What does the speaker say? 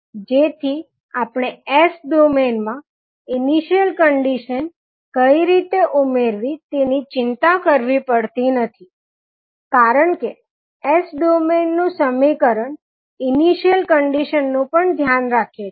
જેથી આપણે S domain માં ઇનીશીયલ કંડીશન કઈ રીતે ઉમેરવી તેની ચિંતા કરવી પડતી નથી કારણ કે S ડોમેઇન નું સમીકરણ ઇનીશીયલ કંડીશન નું પણ ધ્યાન રાખે છે